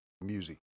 music